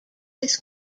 his